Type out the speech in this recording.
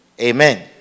Amen